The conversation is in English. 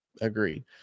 Agreed